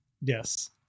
yes